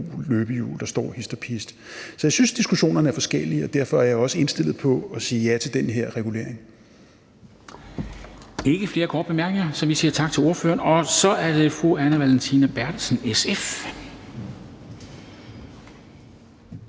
i brug, og som står hist og pist. Så jeg synes, diskussionerne er forskellige, og derfor er jeg også indstillet på at sige ja til den her regulering. Kl. 11:15 Formanden (Henrik Dam Kristensen): Der er ikke flere korte bemærkninger, så vi siger tak til ordføreren. Og så er det fru Anne Valentina Berthelsen, SF.